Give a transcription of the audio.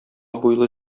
буйлы